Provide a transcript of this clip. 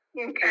Okay